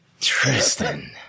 Tristan